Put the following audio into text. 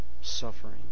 suffering